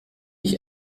ich